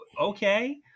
okay